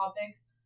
topics